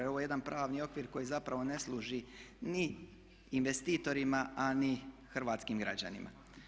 Ovo je jedan pravni okvir koji zapravo ne služi ni investitorima a ni hrvatskim građanima.